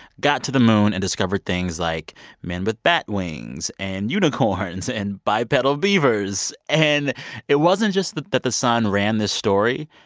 got to the moon and discovered things like men with bat wings and unicorns and bipedal beavers. and it wasn't just that that the sun ran this story.